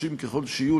קשים ככל שיהיו,